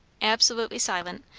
absolutely silent,